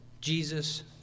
Jesus